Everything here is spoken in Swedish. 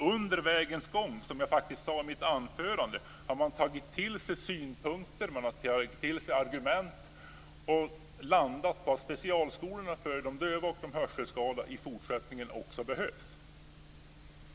Under resans gång, vilket jag sade i mitt anförande, har man tagit till sig synpunkter och argument och landat på att specialskolorna för döva och hörselskadade behövs också i fortsättningen.